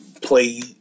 play